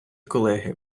колеги